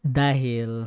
dahil